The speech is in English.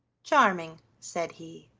charming, said he,